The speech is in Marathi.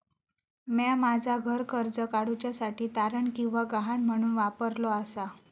म्या माझा घर कर्ज काडुच्या साठी तारण किंवा गहाण म्हणून वापरलो आसा